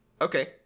Okay